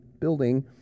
building